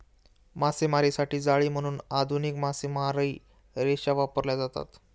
मासेमारीसाठी जाळी म्हणून आधुनिक मासेमारी रेषा वापरल्या जातात